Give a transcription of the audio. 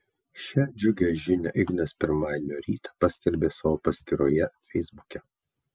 šią džiugią žinią ignas pirmadienio rytą paskelbė savo paskyroje feisbuke